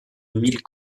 mille